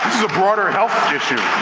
is a broader health issue.